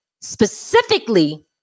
specifically